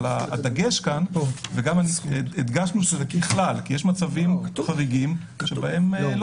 גם הדגשנו שזה ככלל כי יש מצבים חריגים שבהם לא